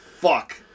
Fuck